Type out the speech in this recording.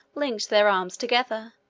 linked their arms together,